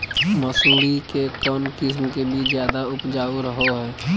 मसूरी के कौन किस्म के बीच ज्यादा उपजाऊ रहो हय?